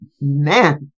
man